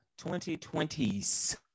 2020s